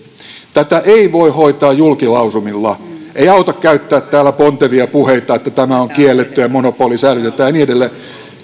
tätä ei voi hoitaa julkilausumilla ei auta käyttää täällä pontevia puheita että tämä on kiellettyä ja monopoli säilytetään ja niin edelleen